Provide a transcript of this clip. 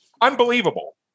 Unbelievable